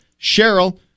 Cheryl